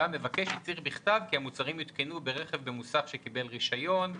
והמבקש יצהיר בכתב כי המוצרים יותקנו ברכב במוסך שקיבל רישיון,